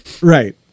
Right